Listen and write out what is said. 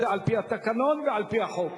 התבצע על-פי התקנון ועל-פי החוק.